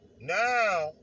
Now